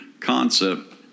concept